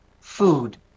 food